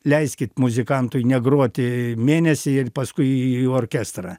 leiskit muzikantui negroti mėnesį ir paskui į orkestrą